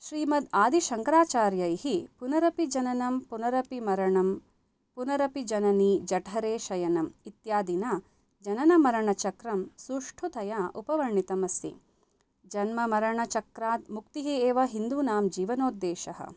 श्रीमद् आदिशङ्कराचार्यैः पुनरपि जननं पुनरपि मरणं पुनरपि जननी जठरे शयनम् इत्यादिना जननमरणचक्रं सुष्ठुतया उपवर्णितमस्ति जन्ममरणचक्रात् मुक्तिः एव हिन्दूनां जीवनोद्देशः